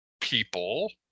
people